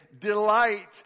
delight